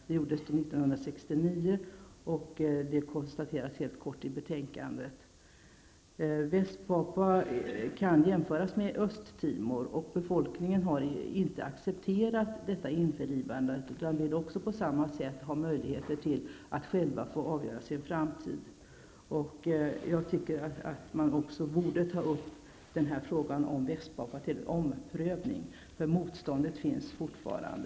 Detta skedde 1969 -- det konstateras helt kort i betänkandet. Västpapua kan jämföras med Östtimor. Befolkningen har inte accepterat införlivandet utan vill ha möjlighet att själv få avgöra sin framtid. Jag tycker att man också borde ta upp frågan om Västpapua till omprövning, för motståndet finns fortfarande.